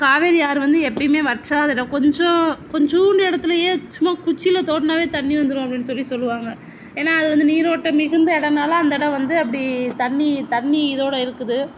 காவேரி ஆறு வந்து எப்போயுமே வற்றாத இடம் கொஞ்சம் கொஞ்சோண்டு இடத்துலையே சும்மா குச்சியில் தோண்டினாவே தண்ணி வந்துடும் அப்படினு சொல்லி சொல்லுவாங்க ஏன்னால் அது வந்து நீரோட்டம் மிகுந்த இடம்னால அந்த இடம் வந்து அப்படி தண்ணி தண்ணி இதோடு இருக்குது